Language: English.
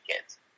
kids